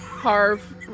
harv